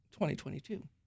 2022